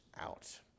out